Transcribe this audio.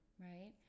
right